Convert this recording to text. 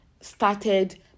started